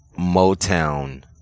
Motown